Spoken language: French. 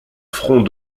front